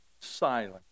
silent